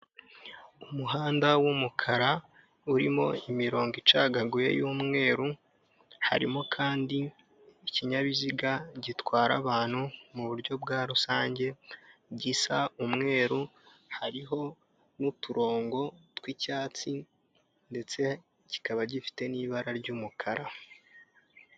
Umuhanda w'umukara urimo imirongo icagaguye y'umweru harimo kandi ikinyabiziga gitwara abantu mu buryo bwa rusange gisa umweru hariho n'uturongo tw'icyatsi ndetse kikaba gifite n'ibara ry'umukara.